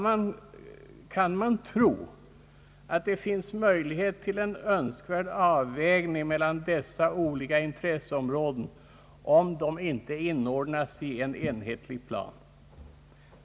Hur kan man tro att det finns möjlighet till en önskvärd avvägning mellan dessa olika intresseområden om de inte inordnas i en enhetlig plan?